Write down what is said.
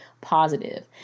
positive